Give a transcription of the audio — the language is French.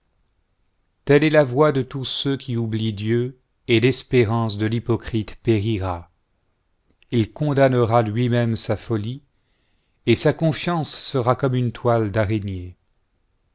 telle est la voie de tous ceux qui oublient dieu et l'espérance de l'hypocrite périra il condamnera lui-même sa folie et sa confiance sera comme une toile d'araignée